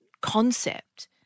concept